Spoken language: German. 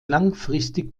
langfristig